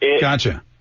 Gotcha